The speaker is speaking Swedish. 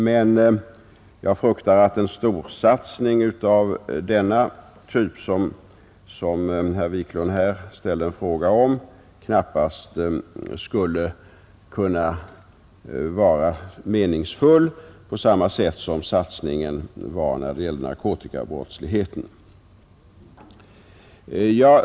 Men jag fruktar att en storsatsning av den typ som herr Wiklund berörde knappast skulle vara meningsfull här på samma sätt som satsningen när det gällde narkotikabrottsligheten var.